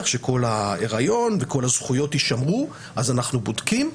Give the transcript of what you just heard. שכל ההיריון וכל הזכויות יישמרו אז אנחנו בודקים,